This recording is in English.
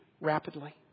rapidly